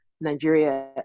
Nigeria